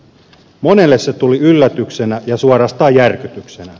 monelle se tuli yllätyksenä ja suorastaan järkytyksenä